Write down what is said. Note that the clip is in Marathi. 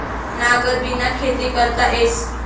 नांगरबिना खेती करता येस